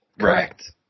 correct